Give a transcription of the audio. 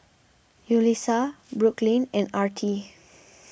Yulissa Brooklyn and Artie